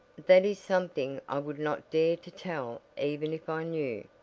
that is something i would not dare to tell even if i knew.